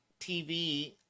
tv